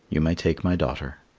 you may take my daughter.